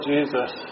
Jesus